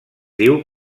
diu